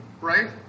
right